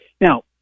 Now